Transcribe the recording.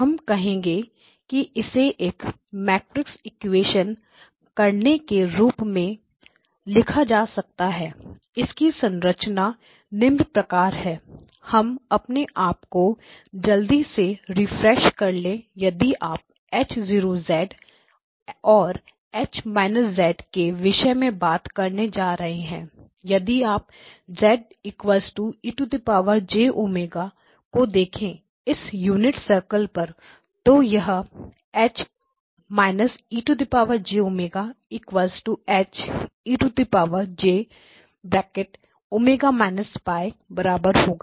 हम कहेंगे कि इसे एक मैट्रिक्स इक्वेशन करने के रूप में लिखा जा सकता है इसकी संरचना निम्न प्रकार है हम अपने आप को जल्दी से रिफ्रेश कर ले यदि आप H 0 and H − z के विषय में बात करने जा रहे हैं यदि आप zejw को देखें इस यूनिट सर्कल पर तो यह है H −e jω H e jω−π बराबर होगा